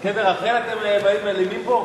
על קבר רחל אתם באים מלינים פה?